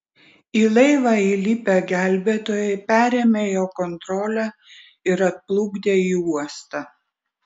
į laivą įlipę gelbėtojai perėmė jo kontrolę ir atplukdė į uostą